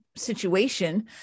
situation